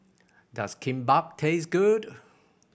does Kimbap taste good